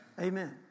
Amen